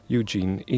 Eugene